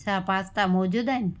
छा पास्ता मौजूदु आहिनि